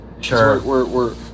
Sure